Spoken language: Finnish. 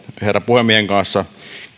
herra puhemiehen kanssa